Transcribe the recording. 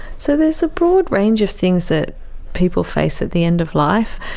so there's a broad range of things that people face at the end of life.